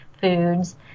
foods